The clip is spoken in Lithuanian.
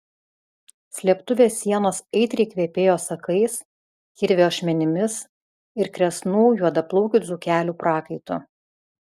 slėptuvės sienos aitriai kvepėjo sakais kirvio ašmenimis ir kresnų juodaplaukių dzūkelių prakaitu